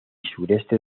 sureste